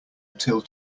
till